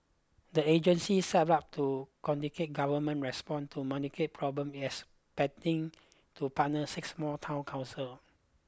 the agency set up to coordinate government response to municipal problems is expanding to partner six more town council